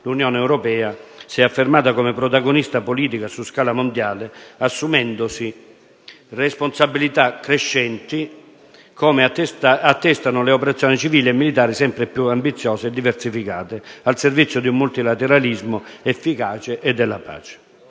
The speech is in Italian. l'Unione europea si è affermata come protagonista politica su scala mondiale, assumendosi responsabilità crescenti come attestano le operazioni civili e militari sempre più ambiziose e diversificate, al servizio di un multilateralismo efficace e della pace.